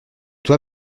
toi